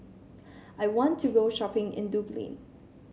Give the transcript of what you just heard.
I want to go shopping in Dublin